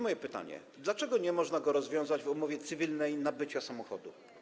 Moje pytanie: Dlaczego nie można go rozwiązać w drodze umowy cywilnej, nabycia samochodu?